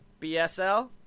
BSL